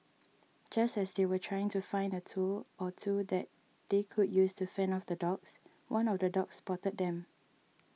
just as they were trying to find a tool or two that they could use to fend off the dogs one of the dogs spotted them